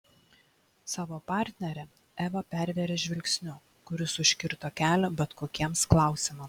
savo partnerę eva pervėrė žvilgsniu kuris užkirto kelią bet kokiems klausimams